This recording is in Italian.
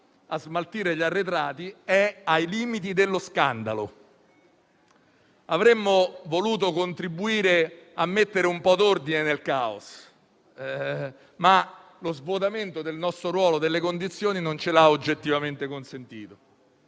a smaltire gli arretrati - è ai limiti dello scandalo. Avremmo voluto contribuire a mettere un po' di ordine nel caos, ma lo svuotamento del nostro ruolo nelle Commissioni non ce lo ha oggettivamente consentito.